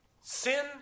Sin